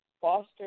foster